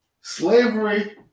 Slavery